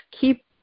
keep